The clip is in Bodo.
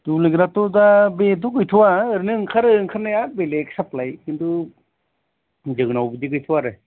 दुब्लेगेदाथ' दा बेथ' गैथ'वा ओरैनो ओंखारो ओंखारनाया बेलेक साफ्लाय खिन्थु जोंनाव बिदि गैथ'वा आरो